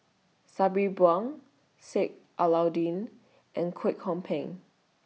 Sabri Buang Sheik Alau'ddin and Kwek Hong Png